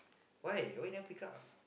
why why you never pick up